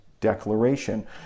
Declaration